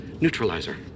neutralizer